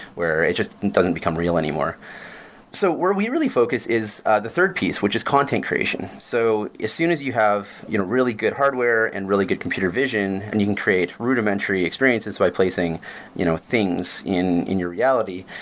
where it just doesn't become real anymore so where we really focus is the third piece, which is content creation. so as soon as you have you know really good hardware and really good computer vision and you can create rudimentary experiences by placing you know things in in your reality,